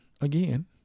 again